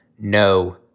No